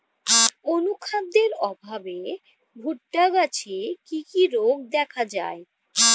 অনুখাদ্যের অভাবে ভুট্টা গাছে কি কি রোগ দেখা যায়?